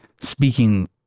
speaking